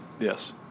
Yes